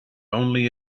only